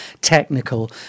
technical